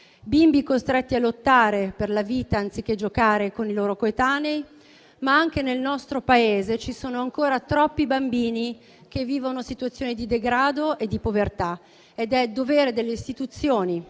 bimbi costretti a lottare per la vita, anziché giocare con i loro coetanei. Ma anche nel nostro Paese ci sono ancora troppi bambini che vivono situazioni di degrado e povertà. È dovere delle istituzioni